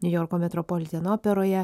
niujorko metropoliteno operoje